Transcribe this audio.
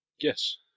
Yes